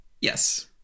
Yes